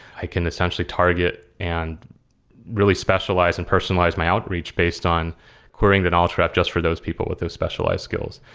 i can essentially target and really specialize and personalize my outreach based on querying the knowledge graph just for those people with those specialized skills.